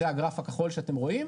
זה הגרף הכחול שאתם רואים,